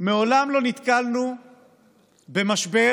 מעולם לא נתקלנו במשבר